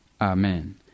Amen